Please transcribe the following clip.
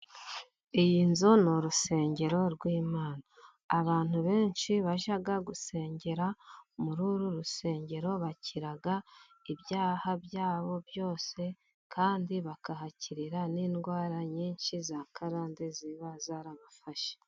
Iyi nzu ni urusengero rw'Imana, abantu benshi bajya gusengera muri uru rusengero bakira ibyaha byabo byose, kandi bakahakirira n'indwara nyinshi za karande ziba zarabafashe.